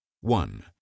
One